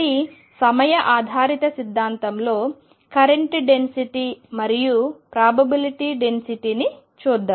కాబట్టి సమయ ఆధారిత సిద్ధాంతంలో కరెంట్ డెన్సిటీ మరియు ప్రాబబిలిటీ డెన్సిటీ ని చూద్దాము